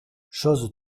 chose